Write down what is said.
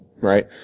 right